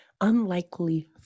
Unlikely